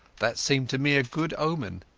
that seemed to me a good omen.